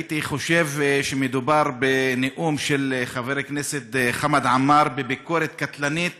הייתי חושב שמדובר בנאום של חבר הכנסת חמד עמאר בביקורת קטלנית